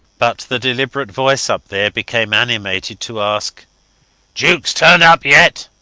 but the deliberate voice up there became animated to ask jukes turned up yet?